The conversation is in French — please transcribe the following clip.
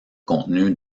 contenu